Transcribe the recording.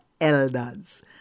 elders